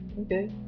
okay